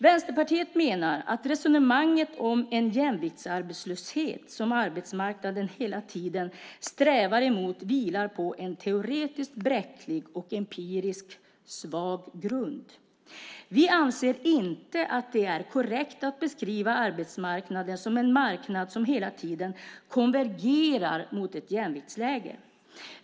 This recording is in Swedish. Vänsterpartiet menar att resonemanget om en jämviktsarbetslöshet som arbetsmarknaden hela tiden strävar mot vilar på en teoretiskt bräcklig och empiriskt svag grund. Vi anser inte att det är korrekt att beskriva arbetsmarknaden som en marknad som hela tiden konvergerar mot ett jämviktsläge.